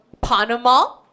Panama